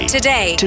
today